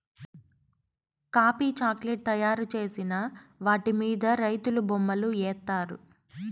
coffee chocolate తయారు చేసిన వాటి మీద రైతులు బొమ్మలు ఏత్తారు